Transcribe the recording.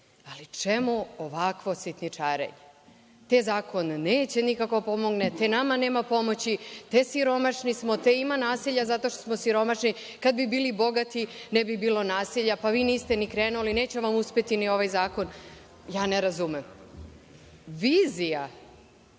ali čemu ovakvo sitničarenje. Te zakon neće nikako da pomogne, te nama nema pomoći, te siromašni smo, te ima nasilja zato što smo siromašni, kad bi bili bogati ne bi bilo nasilja, pa vi niste ni krenuli neće vam uspeti ni ovaj zakon. Ne razumem. Vizija